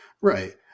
right